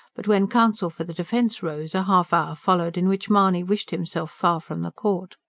but, when counsel for the defence rose, a half-hour followed in which mahony wished himself far from the court.